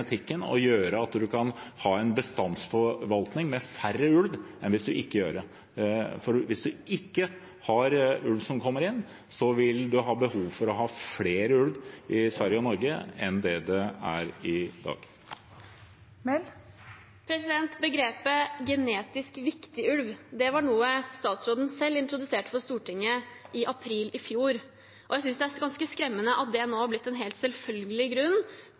og gjøre at vi kan ha en bestandsforvaltning med færre ulver enn hvis vi ikke gjør det. For hvis vi ikke har ulv som kommer inn, vil vi ha behov for å ha flere ulver i Sverige og Norge enn det det er i dag. Begrepet «genetisk viktig ulv» var noe statsråden selv introduserte for Stortinget i april i fjor. Jeg synes det er ganske skremmende at det nå er blitt en helt selvfølgelig grunn